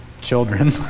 children